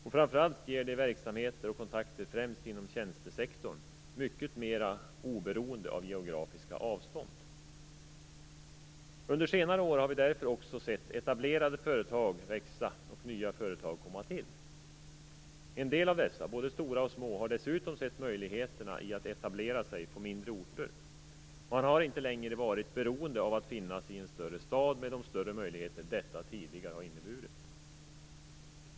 Och framför allt gör det verksamheter och kontakter främst inom tjänstesektorn mycket mera oberoende av geografiska avstånd. Under senare år har vi därför också sett etablerade företag växa och nya företag komma till. En del av dessa, både stora och små, har dessutom sett möjligheterna i att etablera sig på mindre orter. Man har inte längre varit beroende av att finnas i en större stad med de större möjligheter detta tidigare inneburit.